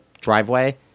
driveway